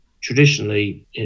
traditionally